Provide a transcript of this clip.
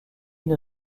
une